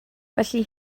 felly